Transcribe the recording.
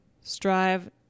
strive